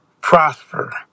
prosper